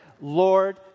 Lord